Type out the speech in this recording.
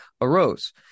arose